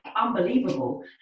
unbelievable